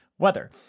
weather